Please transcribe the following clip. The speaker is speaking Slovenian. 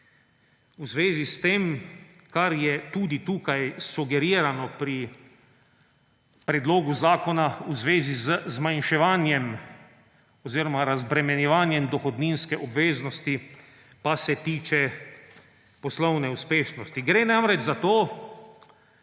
v zvezi s tem, kar je tudi tukaj sugerirano pri predlogu zakona v zvezi z zmanjševanjem oziroma razbremenjevanjem dohodninske obveznosti pa se tiče poslovne uspešnosti. Gre namreč za to,